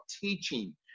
teaching